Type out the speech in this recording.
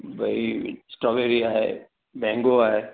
भाई स्ट्रॉबेरी आहे मेंगो आहे